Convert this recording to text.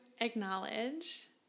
acknowledge